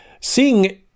seeing